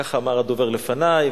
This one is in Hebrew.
ככה אמר הדובר לפני.